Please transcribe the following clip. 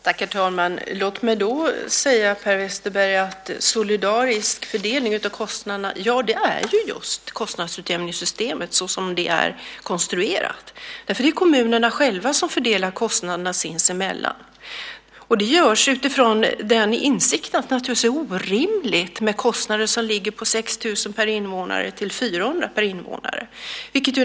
Herr talman! Kostnadsutjämningssystemet såsom det är konstruerat är just en solidarisk fördelning av kostnaderna, Per Westerberg. Det är kommunerna själva som fördelar kostnaderna sinsemellan. Det görs utifrån insikten att det är orimligt med kostnader som ligger på mellan 6 000 kr per invånare och 400 kr per invånare.